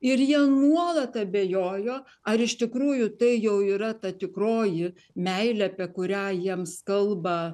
ir jie nuolat abejojo ar iš tikrųjų tai jau yra ta tikroji meilė apie kurią jiems kalba